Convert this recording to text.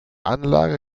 anlage